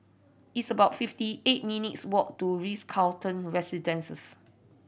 it's about fifty eight minutes' walk to Ritz Carlton Residences